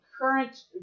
current